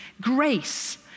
Grace